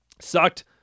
sucked